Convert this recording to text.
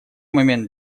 момент